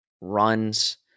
runs